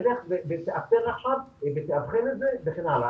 ולך תאתר עכשיו ותאבחן את זה וכן הלאה.